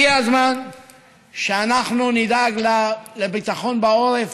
הגיע הזמן שאנחנו נדאג לביטחון בעורף,